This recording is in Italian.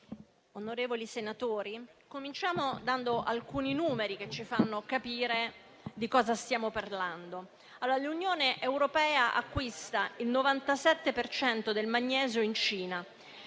onorevoli senatori, cominciamo fornendo alcuni numeri che ci fanno capire di cosa stiamo parlando. L'Unione europea acquista il 97 per cento del magnesio in Cina;